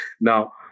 Now